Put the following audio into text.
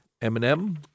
Eminem